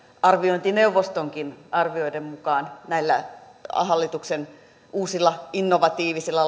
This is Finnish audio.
arviointineuvostonkin arvioiden mukaan näillä hallituksen uusilla innovatiivisilla